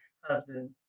husband